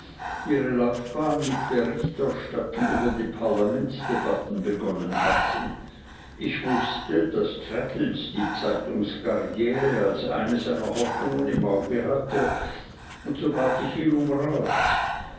ihre laufbahn mit berichterstatten über die parlamentsdebatten begonnen hatten ich wußte daß traddles die zeitungskarriere als eine seiner hoffnungen im auge hatte und so bat ich ihn um rat